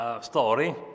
story